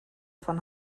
von